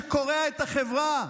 שקורע את החברה,